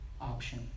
option